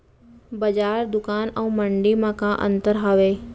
बजार, दुकान अऊ मंडी मा का अंतर हावे?